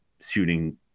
shooting